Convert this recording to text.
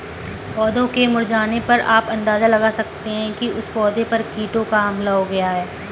पौधों के मुरझाने पर आप अंदाजा लगा सकते हो कि उस पौधे पर कीटों का हमला हो गया है